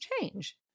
change